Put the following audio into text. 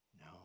No